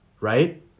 right